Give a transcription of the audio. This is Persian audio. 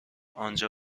آنجا